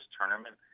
tournament